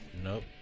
Nope